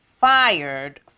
fired